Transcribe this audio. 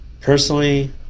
personally